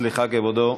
סליחה, כבודו.